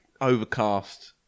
overcast